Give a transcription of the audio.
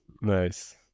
Nice